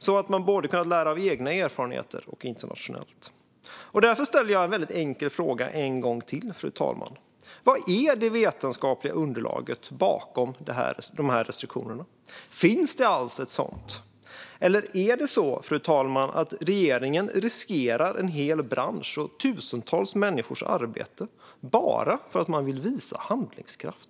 Man hade alltså kunnat lära av både egna och internationella erfarenheter. Därför ställer jag en väldigt enkel fråga en gång till, fru talman. Vad är det för vetenskapligt underlag som ligger bakom de här restriktionerna? Finns det alls ett sådant? Eller är det så att regeringen riskerar en hel bransch och tusentals människors arbeten bara för att man vill visa handlingskraft?